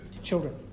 children